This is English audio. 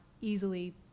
easily